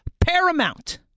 paramount